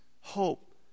hope